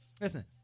Listen